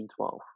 1912